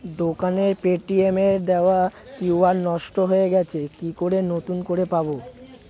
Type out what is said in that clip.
দোকানের পেটিএম এর দেওয়া কিউ.আর নষ্ট হয়ে গেছে কি করে নতুন করে পাবো?